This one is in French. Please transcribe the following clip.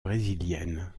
brésilienne